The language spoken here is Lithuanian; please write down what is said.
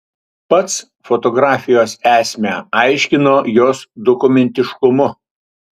pats fotografijos esmę aiškino jos dokumentiškumu